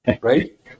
right